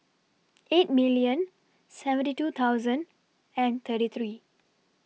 eight million seventy two thousand and thirty three